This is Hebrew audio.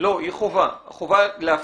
היא חובה, החובה להפעיל.